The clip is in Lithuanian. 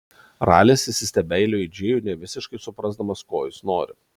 ralis įsistebeilijo į džėjų nevisiškai suprasdamas ko jis nori